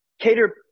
Cater